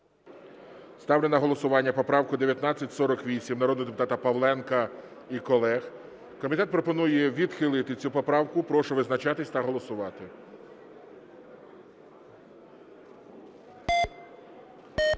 Ставлю на голосування поправку 1948 народного депутата Павленка і колег. Комітет пропонує відхилити цю поправку. Прошу визначатися та голосувати.